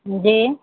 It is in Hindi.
जी